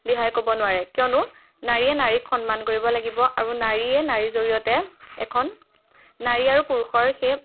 দিহাই ক'ব নোৱাৰে কিয়নো নাৰীয়ে নাৰীক সন্মান কৰিব লাগিব আৰু নাৰীয়ে নাৰীৰ জৰিয়তে এখন নাৰী আৰু পুৰুষৰ সেই